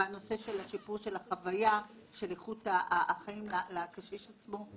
והנושא של השיפור של החוויה של איכות החיים לקשיש עצמו.